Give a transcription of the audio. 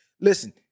Listen